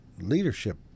leadership